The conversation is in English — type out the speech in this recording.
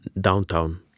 downtown